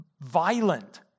violent